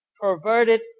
perverted